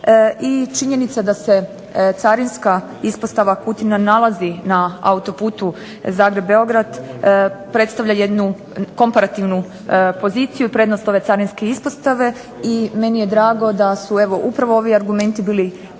i činjenica da se Carinska ispostava Kutina nalazi na autoputu Zagreb-Beograd predstavlja jednu komparativnu poziciju, prednost ove carinske ispostave i meni je drago da su evo upravo ovi argumenti bili presudni